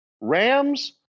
Rams